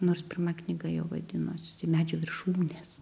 nors pirma knyga jo vadinosi medžių viršūnės